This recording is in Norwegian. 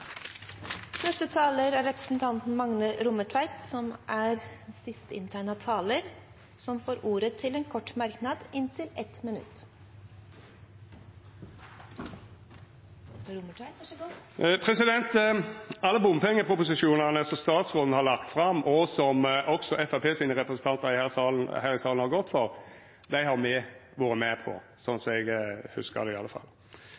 Representanten Magne Rommetveit har hatt ordet to ganger og får ordet til en kort merknad, begrenset til 1 minutt. Alle bompengeproposisjonane som statsråden har lagt fram, og som også Framstegspartiet sine representantar i denne salen har gått for, har me vore med på, sånn som eg hugsar det